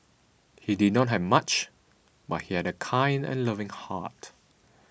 he did not have much but he had a kind and loving heart